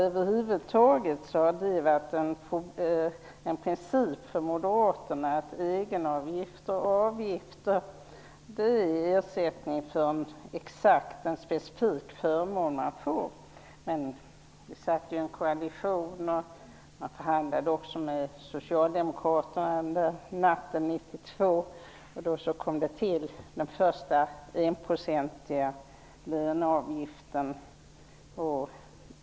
Över huvud taget har det varit en princip för moderaterna att egenavgifter och avgifter är ersättning för en exakt, specifik förmån. Men vi satt ju i en koalition, och vi förhandlade med socialdemokraterna den där natten 1992. Då kom den första enprocentiga löneavgiften till.